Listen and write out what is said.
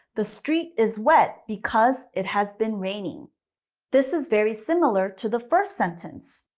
the street is wet because it has been raining this is very similar to the first sentence.